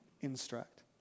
instruct